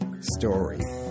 story